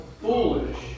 foolish